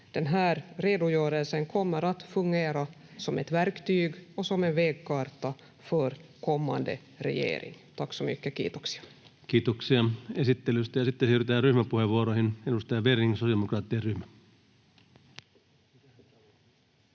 Den här redogörelsen kommer att fungera som ett verktyg och som en vägkarta för kommande regering. — Tack så mycket, kiitoksia. Kiitoksia esittelystä. — Sitten siirrytään ryhmäpuheenvuoroihin. — Edustaja Werning, sosiaalidemokraattien ryhmä.